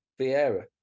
Vieira